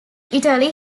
italy